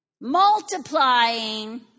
Multiplying